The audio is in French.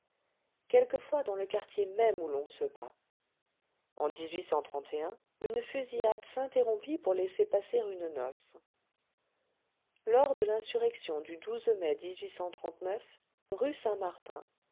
quelquefois dans le quartier même où l'on se bat en une fusillade s'interrompit pour laisser passer une noce lors de l'insurrection du mai rue saint-martin